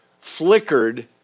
flickered